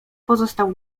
pozostał